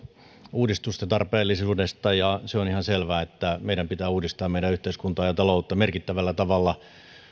uudistusten tarpeellisuudesta ja se on ihan selvää että meidän pitää uudistaa meidän yhteiskuntaa ja taloutta merkittävällä tavalla